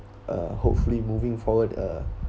uh hopefully moving forward uh